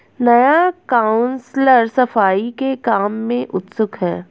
नया काउंसलर सफाई के काम में उत्सुक है